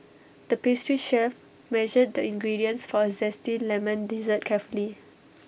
the pastry chef measured the ingredients for A Zesty Lemon Dessert carefully